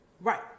Right